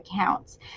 accounts